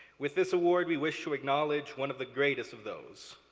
with this award we wish to acknowledge one of the greatest of those.